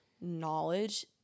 knowledge